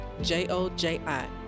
J-O-J-I